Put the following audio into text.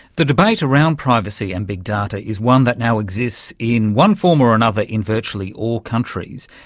the debate around privacy and big data is one that now exists in one form or another in virtually all countries.